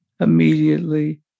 immediately